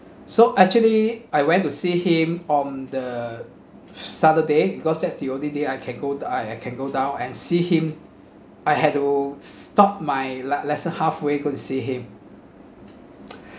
so actually I went to see him on the saturday because that's the only day I can go I I can go down and see him I had to stop my le~ lesson halfway to go and see him